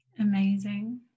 amazing